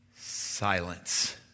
Silence